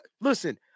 Listen